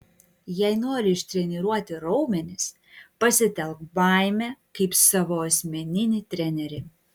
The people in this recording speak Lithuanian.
jei nori ištreniruoti raumenis pasitelk baimę kaip savo asmeninį trenerį